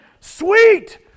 Sweet